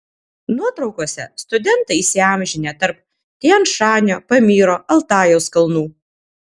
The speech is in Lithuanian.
nuotraukose studentai įsiamžinę tarp tian šanio pamyro altajaus kalnų